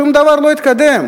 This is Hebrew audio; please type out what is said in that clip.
שום דבר לא התקדם.